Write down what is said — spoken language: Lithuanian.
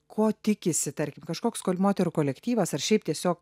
ko tikisi tarkim kažkoks kol moterų kolektyvas ar šiaip tiesiog